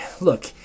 Look